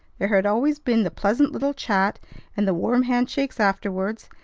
there had always been the pleasant little chat and the warm hand-shake afterwards,